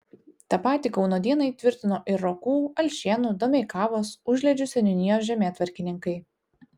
tą patį kauno dienai tvirtino ir rokų alšėnų domeikavos užliedžių seniūnijos žemėtvarkininkai